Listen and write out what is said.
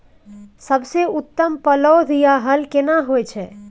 सबसे उत्तम पलौघ या हल केना हय?